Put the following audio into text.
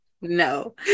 no